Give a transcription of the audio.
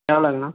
எவ்வளோங்கண்ணா